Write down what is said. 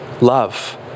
love